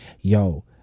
yo